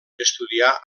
estudià